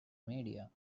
media